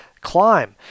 climb